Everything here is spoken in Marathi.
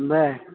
बरं